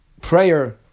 prayer